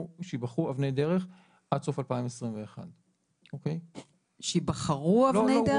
אבני דרך עד סוף 2021. שייבחרו אבני דרך?